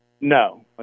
No